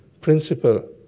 principle